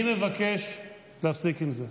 אני מבקש להפסיק עם זה.